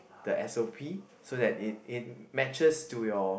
the s_o_p so that it it matches to your